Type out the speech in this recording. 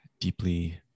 deeply